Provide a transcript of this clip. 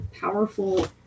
powerful